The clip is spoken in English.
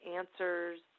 answers